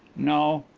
no!